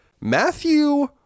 Matthew